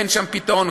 אין שם פתרון,